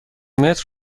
متر